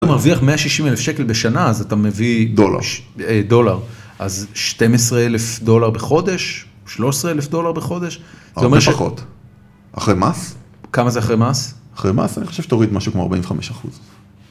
מרוויח 160,000 שקל בשנה, אז אתה מביא... דולר. דולר. אז 12,000 דולר בחודש, 13,000 דולר בחודש. הרבה פחות. אחרי מס? כמה זה אחרי מס? אחרי מס, אני חושב שתוריד משהו כמו 45%.